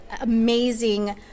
amazing